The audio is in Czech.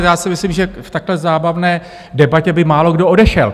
Já si myslím, že z takhle zábavné debaty by málokdo odešel.